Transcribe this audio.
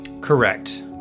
correct